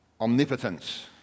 omnipotence